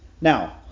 Now